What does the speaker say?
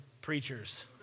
preachers